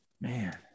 man